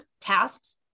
Tasks